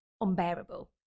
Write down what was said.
unbearable